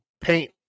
paint